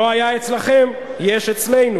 לא היה אצלכם, יש אצלנו.